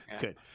good